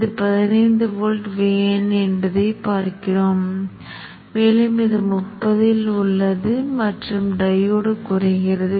இந்த திசையில் மின்னோட்டம் பாயும் என்று நாம் எதிர்பார்க்கிறோம் அது நேர்மறையாகவும் அதே போல் புள்ளி முனையிலிருந்து நேர்மறையாகவும் பாய்கிறது